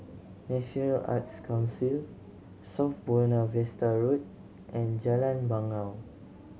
National Arts Council South Buona Vista Road and Jalan Bangau